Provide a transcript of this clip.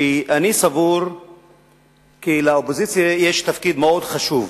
כי אני סבור שלאופוזיציה יש תפקיד מאוד חשוב